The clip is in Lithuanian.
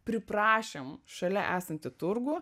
priprašėm šalia esantį turgų